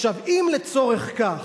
עכשיו, אם לצורך כך,